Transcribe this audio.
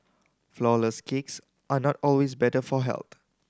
flourless cakes are not always better for health